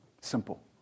Simple